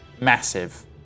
massive